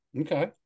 okay